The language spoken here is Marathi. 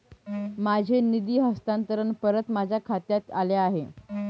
माझे निधी हस्तांतरण परत माझ्या खात्यात आले आहे